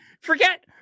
forget